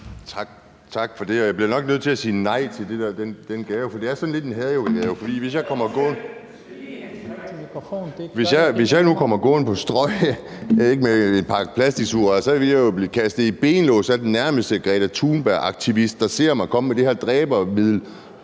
Tak for det. Jeg bliver nok nødt til at sige nej til den der gave, for det er sådan lidt en hadejulegave. Hvis jeg nu kommer gående på Strøget med en pakke plastiksugerør, vil jeg jo blive kastet i benlås af den nærmeste Greta Thunberg-aktivist, der ser mig komme med det her dræbermiddel,